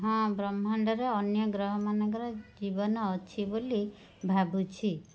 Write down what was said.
ହଁ ବ୍ରହ୍ମାଣ୍ଡରେ ଅନ୍ୟ ଗ୍ରହମାନଙ୍କରେ ଜୀବନ ଅଛି ବୋଲି ଭାବୁଛି